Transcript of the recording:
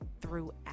throughout